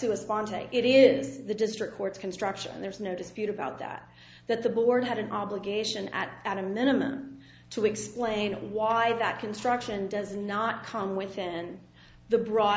to a sponsor it is the district court's construction and there's no dispute about that that the board had an obligation at at a minimum to explain why that construction does not come within the broad